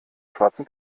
schwarzen